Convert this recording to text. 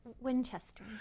Winchester